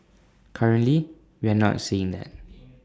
currently we are not seeing that